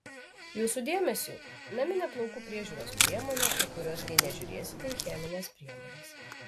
jūsų dėmesiui naminė plaukų priežiūros priemonė po kurios nė nežiūrėsite į chemines priemones